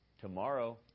Tomorrow